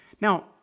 Now